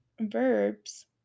verbs